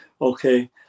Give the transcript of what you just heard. Okay